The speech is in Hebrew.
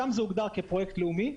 שם זה הוגדר כפרויקט לאומי.